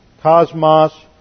cosmos